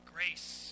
Grace